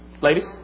Ladies